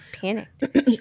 panicked